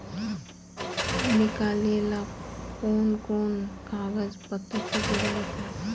निकाले ला कोन कोन कागज पत्र की जरूरत है?